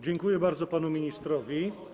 Dziękuję bardzo panu ministrowi.